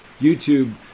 YouTube